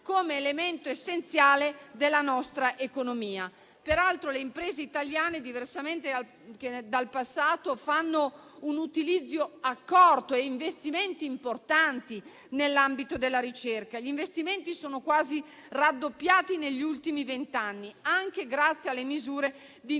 come elemento essenziale della nostra economia. Le imprese italiane, diversamente dal passato, fanno un utilizzo accorto e investimenti importanti nell'ambito della ricerca, che infatti sono quasi raddoppiati negli ultimi vent'anni anche grazie alle misure di